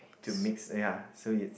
to mix ya so it's